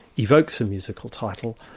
evokes a musical title,